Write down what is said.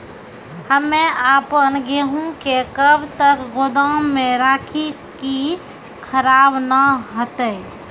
हम्मे आपन गेहूँ के कब तक गोदाम मे राखी कि खराब न हते?